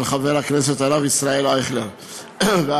של חבר הכנסת הרב ישראל אייכלר ואחרים.